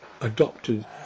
adopted